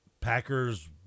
Packers